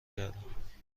کردم